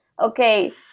Okay